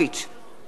אינו נוכח